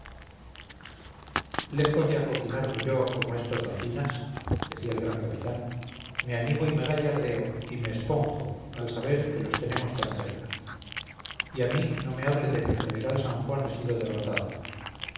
lejos de acoquinarme yo como estos gallinas decía el gran capitán me animo y me gallardeo y me esponjo al saber que los tenemos tan cerca y a mí no me hablen de que el general san juan ha sido derrotado